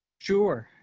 sure,